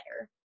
better